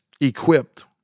equipped